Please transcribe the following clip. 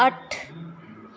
अट्ठ